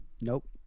Nope